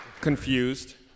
confused